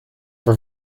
for